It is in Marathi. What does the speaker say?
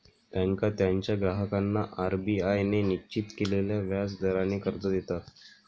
बँका त्यांच्या ग्राहकांना आर.बी.आय ने निश्चित केलेल्या व्याज दराने कर्ज देतात